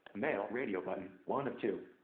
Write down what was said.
male radio button, one of two.